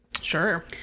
Sure